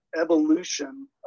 evolution